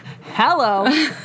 Hello